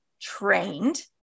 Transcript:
trained